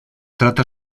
trata